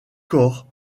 cor